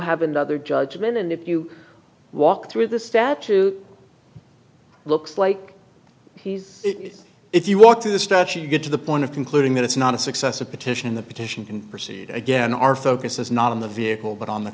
have another judgment and if you walk through the statute it looks like he's if you walk through the statute you get to the point of concluding that it's not a success a petition the petition can proceed again our focus is not on the vehicle but on the